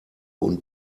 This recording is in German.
und